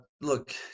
look